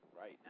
right